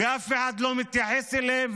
ואף אחד לא מתייחס אליהן.